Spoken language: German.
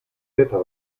beta